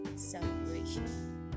celebration